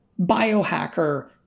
biohacker